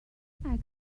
اکثریت